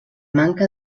manca